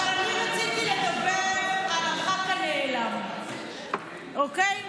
אבל אני רציתי לדבר על הח"כ הנעלם, אוקיי?